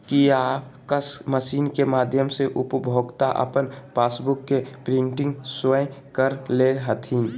kiosk machine के माध्यम से उपभोक्ता अपन पासबुक के प्रिंटिंग स्वयं कर ले हथिन